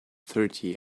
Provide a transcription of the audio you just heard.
thirty